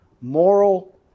moral